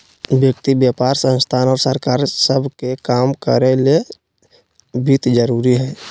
व्यक्ति व्यापार संस्थान और सरकार सब के काम करो ले वित्त जरूरी हइ